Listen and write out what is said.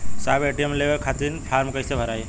साहब ए.टी.एम लेवे खतीं फॉर्म कइसे भराई?